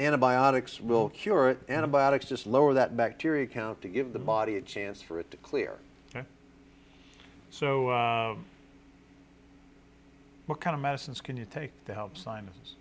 antibiotics will cure antibiotics just lower that bacteria count to give the body a chance for it to clear so what kind of medicines can you take to help simon